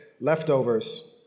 leftovers